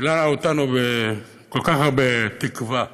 ומילא אותנו בכל כך הרבה תקווה.